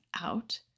out